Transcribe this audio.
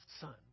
Son